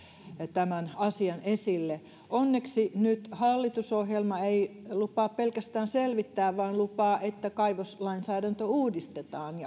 tämän asian esille onneksi nyt hallitusohjelma ei lupaa pelkästään selvittää vaan lupaa myös että kaivoslainsäädäntö uudistetaan